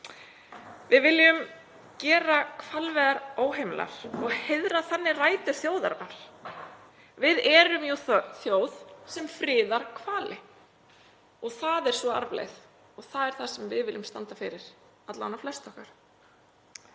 Við viljum gera hvalveiðar óheimilar og heiðra þannig rætur þjóðarinnar. Við erum jú þjóð sem friðar hvali og það er sú arfleifð og það er það sem við viljum standa fyrir, alla vega flest okkar.